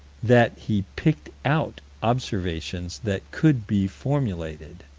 that he picked out observations that could be formulated